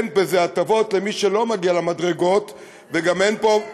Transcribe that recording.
אין בזה הטבות למי שלא מגיע למדרגות וגם אין פה,